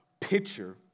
picture